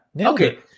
Okay